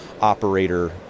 operator